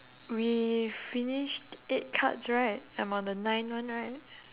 we finished eight cards right I'm on the nine one right